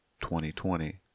2020